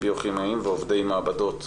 ביוכימאים ועובדי מעבדות.